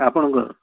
ଆପଣଙ୍କର